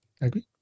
Agree